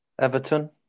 Everton